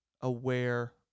aware